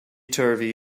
turvy